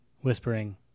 whispering